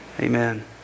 amen